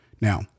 Now